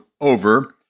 over